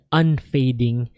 unfading